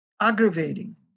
aggravating